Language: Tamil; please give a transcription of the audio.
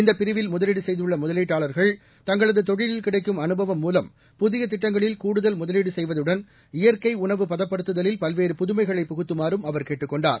இந்தப் பிரிவில் முதலீடு செய்துள்ள முதலீட்டாளர்கள் தங்களது தொழிலில் கிடைக்கும் அனுபவம் மூலம் புதிய திட்டங்களில் கூடுதல் முதலீடு செய்வதுடன் இயற்கை உணவு பதப்படுத்துதலில் பல்வேறு புதுமைகளை புகுத்தமாறும் அவர் கேட்டுக் கொண்டார்